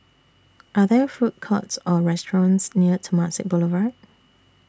Are There Food Courts Or restaurants near Temasek Boulevard